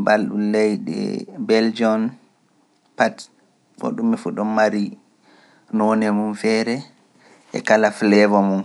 Mbal ɗum leydi Beljoon. Pat ko ɗum fuɗɗo mari noone mum feere e kala fleewa mum.